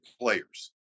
players